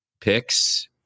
picks